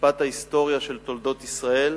במשפט ההיסטוריה של תולדות ישראל